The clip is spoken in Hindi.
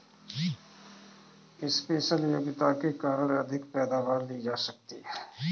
स्पेशल योग्यता के कारण अधिक पैदावार ली जा सकती है